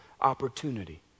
opportunity